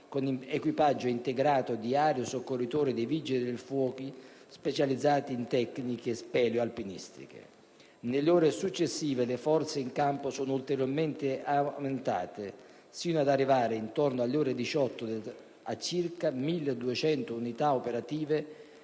con equipaggio integrato con aerosoccorritori dei Vigili del fuoco, specializzati in tecniche speleo-alpinistiche. Nelle ore successive, le forze in campo sono ulteriormente aumentate, sino ad arrivare, intorno alle ore 18, a circa 1.200 unità operative,